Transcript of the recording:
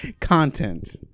Content